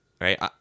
right